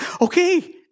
okay